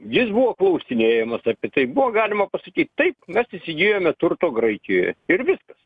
jis buvo klausinėjamas apie tai buvo galima pasakyti taip mes įsigijome turto graikijoje ir viskas